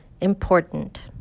Important